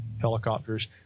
helicopters